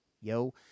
Yo